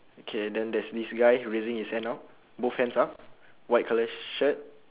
okay then there's this guy who is raising his hand now both hands up white colour shirt